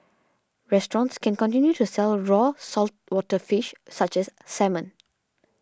restaurants can continue to sell raw saltwater fish such as salmon